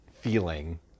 feeling